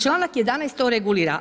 Članak 11. to regulira.